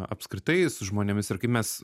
apskritai su žmonėmis ir kaip mes